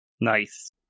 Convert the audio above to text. Nice